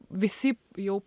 visi jau